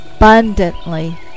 Abundantly